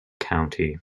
county